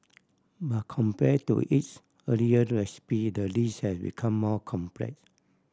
but compare to its earlier recipe the dish has become more complex